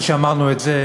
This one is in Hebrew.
אבל אחרי שאמרנו את זה,